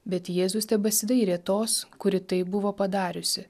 bet jėzus tebesidairė tos kuri tai buvo padariusi